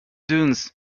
dunes